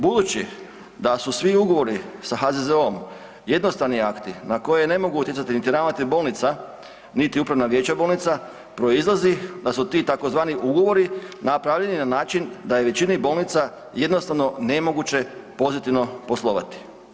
Budući da su svi ugovori sa HZZO-om jednostavni akti na koje ne mogu utjecati niti ravnatelj bolnica, niti upravna vijeća bolnica proizlazi da su ti tzv. ugovori napravljeni na način da je većini bolnica jednostavno nemoguće pozitivno poslovati.